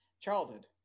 childhood